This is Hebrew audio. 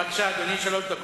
בבקשה, אדוני, שלוש דקות.